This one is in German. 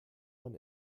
man